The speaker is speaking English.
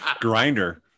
grinder